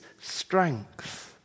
strength